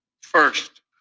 First